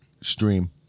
stream